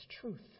truth